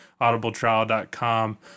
audibletrial.com